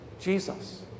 Jesus